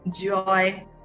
Joy